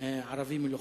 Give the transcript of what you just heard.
ערבי מלוכלך.